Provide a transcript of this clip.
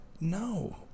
No